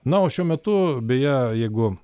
na o šiuo metu beje jeigu